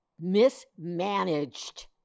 mismanaged